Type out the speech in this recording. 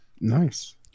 Nice